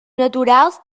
naturals